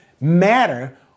matter